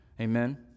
Amen